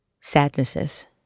sadnesses